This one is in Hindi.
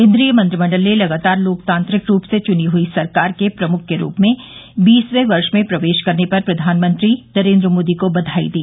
केंद्रीय मंत्रिमंडल ने लगातार लोकतांत्रिक रूप से चुनी हुई सरकार के प्रमुख के रूप में बीसवें वर्ष में प्रवेश करने पर प्रधानमंत्री नरेंद्र मोदी को बधाई दी